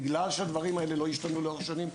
בגלל שהדברים האלה לא השתנו לאורך שנים,